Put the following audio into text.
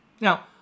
Now